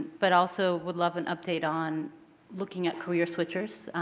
but also would love an update on looking at career switchers,